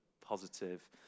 positive